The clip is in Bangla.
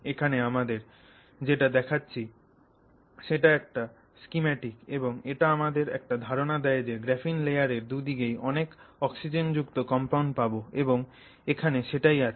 এখানে তোমাদের যেটা দেখাচ্ছি সেটা একটা স্কিমেটিক এবং এটা আমাদের একটা ধারণা দেয় যে গ্রাফিন লেয়ারের দুদিকেই অনেক অক্সিজেনযুক্ত কম্পাউন্ড পাবো এবং এখানে সেটাই আছে